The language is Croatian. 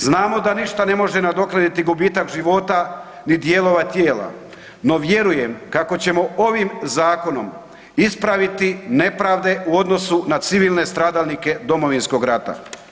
Znamo da ništa ne može nadoknaditi gubitak života ni dijelove tijela no vjerujem kako ćemo ovim zakonom ispraviti nepravde u odnosu na civilne stradalnike Domovinskog rata.